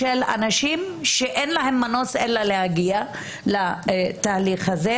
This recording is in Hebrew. לאנשים שאין להם מנוס אלא להגיע לתהליך הזה,